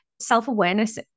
self-awareness